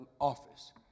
office